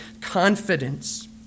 confidence